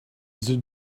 the